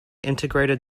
integrated